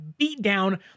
beatdown